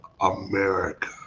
America